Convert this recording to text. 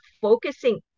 focusing